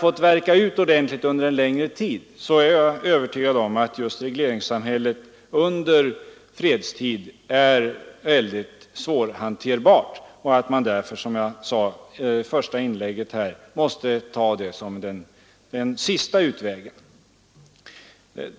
Ett regleringssystem under fredstid kommer alltid att visa sig vara mycket svårhanterbart. Vi måste därför, som jag sade i mitt första inlägg, låta ransonering bli den sista utvägen.